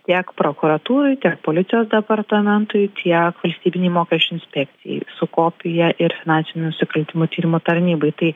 tiek prokuratūrai tiek policijos departamentui tiek valstybinei mokesčių inspekcijai su kopija ir finansinių nusikaltimų tyrimo tarnybai tai